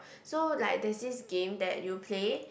so like there's this game that you play